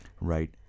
Right